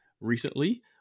recently